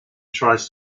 tries